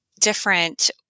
different